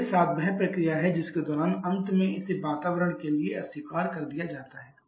6 से 7 वह प्रक्रिया है जिसके दौरान अंत में इसे वातावरण के लिए अस्वीकार कर दिया जाता है